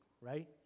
right